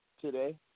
today